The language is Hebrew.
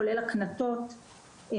כולל הקנטות,